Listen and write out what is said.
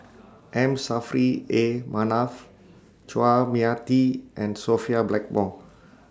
M Saffri A Manaf Chua Mia Tee and Sophia Blackmore